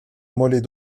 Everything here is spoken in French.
mollet